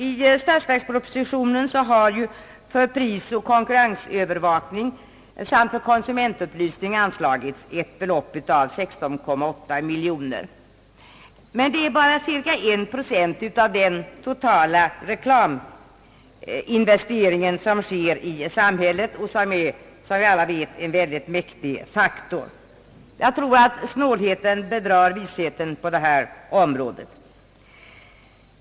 I statsverkspropositionen har för prisoch konkurrensövervakning samt för konsumentupplysning anslagits 16,8 miljoner kronor. Detta är endast cirka en procent av den totala reklaminvestering som sker i samhället, en mycket mäktig faktor, som vi alla vet. Jag tror att snålheten bedrar visheten på detta område.